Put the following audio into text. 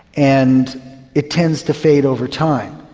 and it tends to fade over time.